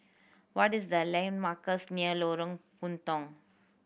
what is the landmarks near Lorong Puntong